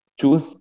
choose